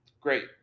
Great